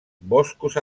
boscos